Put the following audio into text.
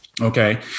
Okay